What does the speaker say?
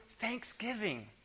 thanksgiving